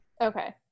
okay